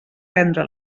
vendre